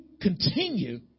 continue